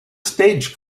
stage